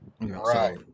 Right